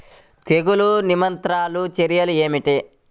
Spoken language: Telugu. తెగులు నియంత్రణ చర్యలు ఏమిటి?